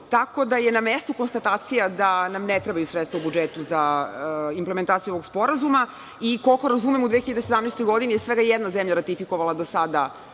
tako da je na mestu konstatacija da nam ne trebaju sredstva u budžetu za implementaciju ovog sporazuma. Koliko razumem, u 2017. godini je svega jedna zemlja ratifikovala do sada